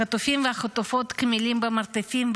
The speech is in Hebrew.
החטופים והחטופות קמלים במרתפים,